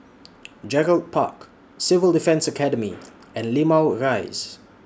Gerald Park Civil Defence Academy and Limau Rise